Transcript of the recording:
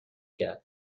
کرد